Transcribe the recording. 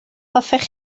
hoffech